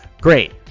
Great